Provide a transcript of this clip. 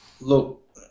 look